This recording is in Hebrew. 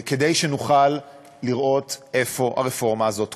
כדי שנוכל לראות איפה הרפורמה הזאת תקועה.